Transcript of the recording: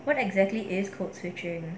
what exactly is code switching